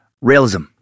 realism